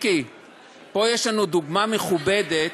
פה יש לנו דוגמה מכובדת,